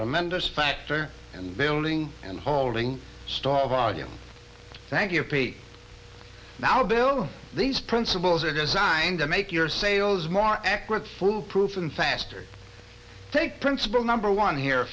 tremendous factor and building and holding stall value thank you pig now bill these principles are designed to make your sales more accurate foolproof and faster take principle number one here